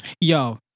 Yo